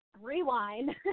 rewind